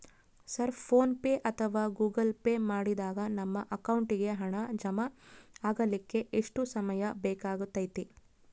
Sir PhonePe ಅಥವಾ Google pay ಮಾಡಿದಾಗ ನಮ್ಮ ಅಕೌಂಟಿಗೆ ಹಣ ಜಮಾ ಆಗಲಿಕ್ಕೆ ಎಷ್ಟು ಸಮಯ ಬೇಕಾಗತೈತಿ?